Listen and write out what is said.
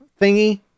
thingy